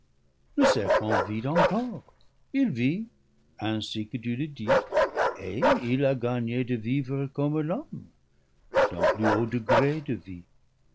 le serpent vit encore il vit ainsi que tu le dis et il a gagné de vivre comme l'homme d'un plus haut degré de vie